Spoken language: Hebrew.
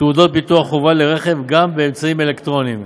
תעודת ביטוח חובה לרכב גם באמצעים אלקטרוניים.